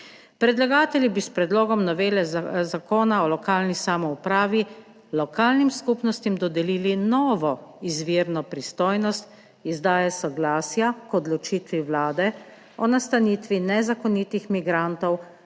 Predlagatelji bi s Predlogom novele zakona o lokalni samoupravi lokalnim skupnostim dodelili novo izvirno pristojnost izdaje soglasja k odločitvi Vlade o nastanitvi nezakonitih migrantov